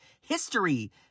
history